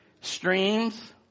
streams